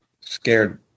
scared